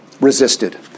resisted